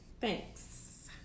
Thanks